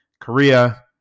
Korea